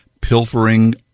pilfering